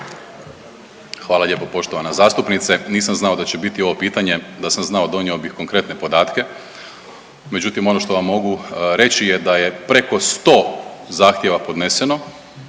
Hvala lijepo poštovana zastupnice. Nisam znao da će biti ovo pitanje, da sam znao donio bih konkretne podatke. Međutim, ono što vam mogu reći je da je preko 100 zahtjeva podneseno